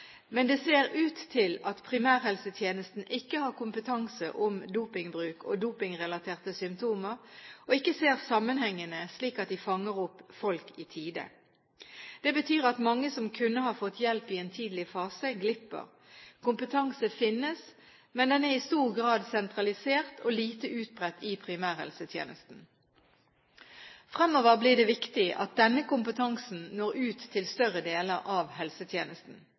Men det ser ut til at primærhelsetjenesten ikke har kompetanse om dopingbruk og dopingrelaterte symptomer og ikke ser sammenhengene, slik at de fanger opp folk i tide. Det betyr at mange som kunne ha fått hjelp i en tidlig fase, glipper. Kompetanse finnes, men den er i stor grad sentralisert og lite utbredt i primærhelsetjenesten. Fremover blir det viktig at denne kompetansen når ut til større deler av helsetjenesten.